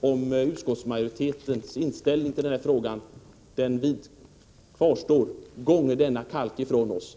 om utskottsmajoritetens inställning i den här frågan kvarstår: Gånge denna kalk ifrån oss!